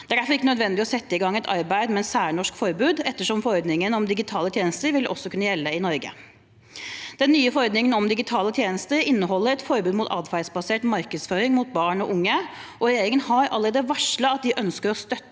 Det er derfor ikke nødvendig å sette i gang et arbeid med et særnorsk forbud, ettersom forordningen om digitale tjenester også vil kunne gjelde i Norge. Den nye forordningen om digitale tjenester inneholder et forbud mot atferdsbasert markedsføring mot barn og unge, og regjeringen har allerede varslet at de ønsker å støtte